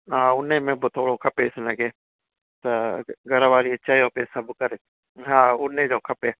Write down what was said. हा उन में बि थोरो खपेसि हिन खे त घरवारीअ चयो पिए सभु करे हा उनजो खपे